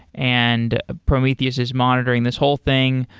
and prometheus is monitoring this whole thing.